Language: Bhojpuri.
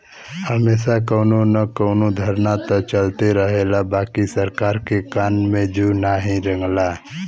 हमेशा कउनो न कउनो धरना त चलते रहला बाकि सरकार के कान में जू नाही रेंगला